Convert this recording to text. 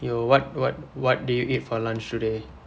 you what what what do you eat for lunch today